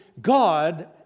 God